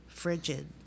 frigid